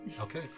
Okay